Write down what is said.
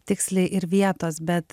tiksliai ir vietos bet